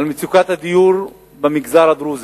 למצוקת הדיור במגזר הדרוזי,